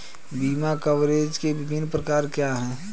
बीमा कवरेज के विभिन्न प्रकार क्या हैं?